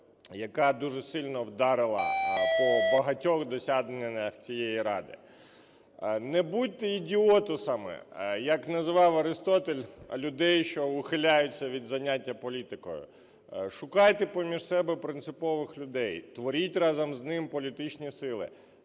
яка дуже сильно вдарила по багатьох досягненнях цієї Ради. Не будьте "ідіотусами", як називав Арістотель людей, що ухиляються від заняття політикою. Шукайте поміж себе принципових людей, творіть разом з ними політичні сили.